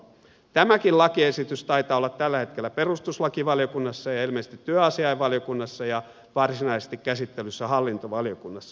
tämäkin lakiesitys taitaa olla tällä hetkellä perustuslakivaliokunnassa ja ilmeisesti työasiainvaliokunnassa ja varsinaisesti käsittelyssä hallintovaliokunnassa